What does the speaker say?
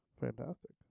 fantastic